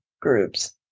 groups